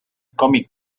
cómic